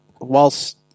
whilst